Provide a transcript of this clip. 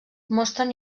mostren